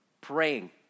praying